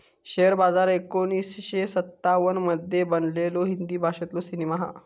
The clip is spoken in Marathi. शेअर बाजार एकोणीसशे सत्त्याण्णव मध्ये बनलेलो हिंदी भाषेतलो सिनेमा हा